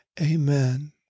Amen